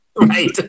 Right